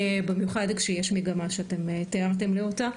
במיוחד כשיש מגמה שתיארתם לי אותה.